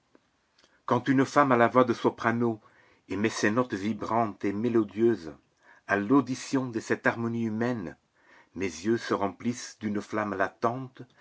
quand une femme à la voix de soprano émet ses notes vibrantes et mélodieuses à l'audition de cette harmonie humaine mes yeux se remplissent d'une flamme latente